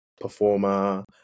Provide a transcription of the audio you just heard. performer